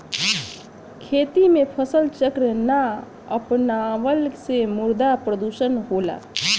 खेती में फसल चक्र ना अपनवला से मृदा प्रदुषण होला